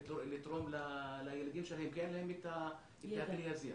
לתרום לילדים שלהם כי אין להם את הכלי הזה.